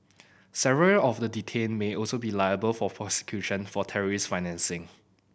several of the detained may also be liable for prosecution for terrorism financing